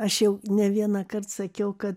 aš jau ne vienąkart sakiau kad